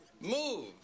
move